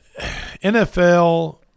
NFL –